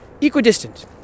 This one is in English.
equidistant